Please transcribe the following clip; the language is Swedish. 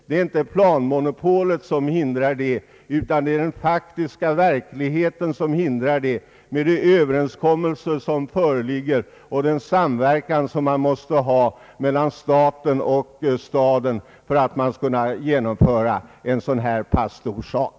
Det är inte planmonopolet enbart som hindrar det, utan det är den faktiska verkligheten som ligger hindrande i vägen med alla de överenskommelser som föreligger och med den samverkan som måste finnas mellan staten och staden för att en sådan här stor sak skall kunna genomföras.